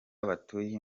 batuye